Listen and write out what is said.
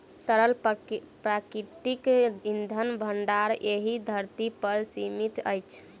तरल प्राकृतिक इंधनक भंडार एहि धरती पर सीमित अछि